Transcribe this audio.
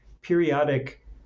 periodic